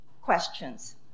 questions